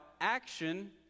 action